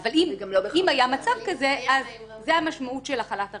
אבל היה מצב כזה, אז זו המשמעות של החלת הרפורמה.